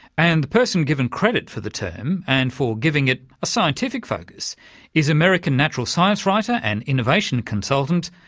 and the person given credit for the term and for giving it a scientific focus is american natural science writer and innovation consultant,